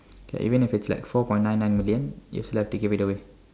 okay even if it's like four point nine nine million you'd still have to give it away